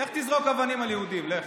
לך תזרוק אבנים על יהודים, לך.